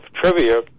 trivia